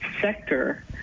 sector